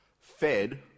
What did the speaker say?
fed